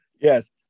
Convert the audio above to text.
Yes